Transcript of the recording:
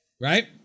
right